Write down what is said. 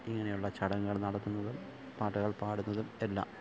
ഇങ്ങനെയുള്ള ചടങ്ങുകള് നടത്തുന്നതും പാട്ടുകള് പാടുന്നതും എല്ലാം